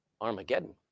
Armageddon